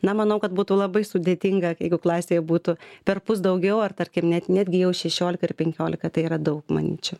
na manau kad būtų labai sudėtinga jeigu klasėje būtų perpus daugiau ar tarkim net netgi jau šešiolika ar penkiolika tai yra daug manyčiau